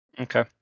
Okay